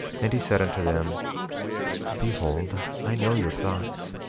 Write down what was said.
and he said unto them behold, i know your thoughts,